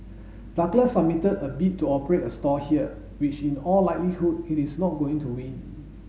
Douglas submitted a bid to operate a stall there which in all likelihood it is not going to win